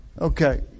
Okay